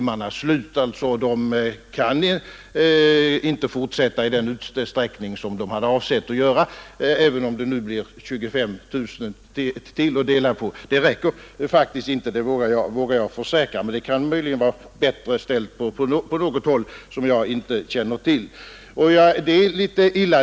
Dessa förbund kan inte fortsätta med undervisningen i den utsträckning de hade avsett, även om det nu blir ytterligare 25 000 timmar att dela på. Det räcker faktiskt inte — det vågar jag försäkra. Men det kan möjligen vara bättre ställt på något håll som jag inte känner till.